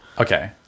Okay